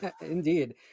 Indeed